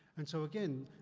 and so again,